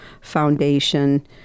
foundation